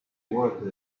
worth